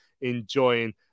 enjoying